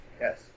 yes